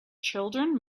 children